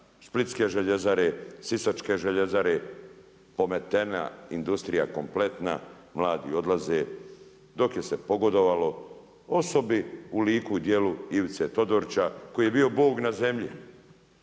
Splitske željezare, Sisačke željezare. Pometena industrija kompletna, mladi odlaze. Dok se pogodovalo osobi u liku i djelu Ivice Todorića koji je bio bog na zemlji.